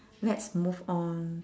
let's move on